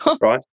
right